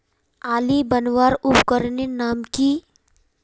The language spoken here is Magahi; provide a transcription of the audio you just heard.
आली बनवार उपकरनेर नाम की?